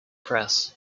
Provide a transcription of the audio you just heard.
press